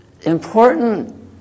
important